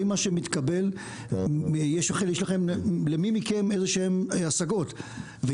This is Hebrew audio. האם מה שמתקבל, יש למי מכם השגות כלשהן?